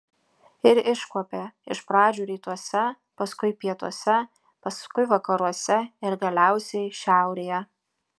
ir iškuopė iš pradžių rytuose paskui pietuose paskui vakaruose ir galiausiai šiaurėje